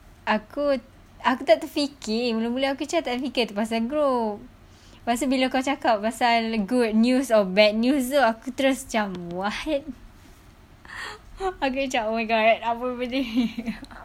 aku aku tak terfikir mula-mula aku macam tak fikir pasal group pasal bila kau cakap pasal good news or bad news jer aku terus macam what aku macam oh my god apa benda ni